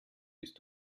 ist